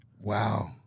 Wow